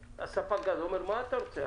וספק הגז אומר: מה אתה רוצה,